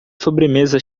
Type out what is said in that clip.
sobremesa